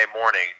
morning